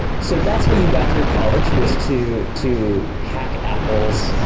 so that's how you got through college, and was to to hack apple's,